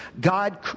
God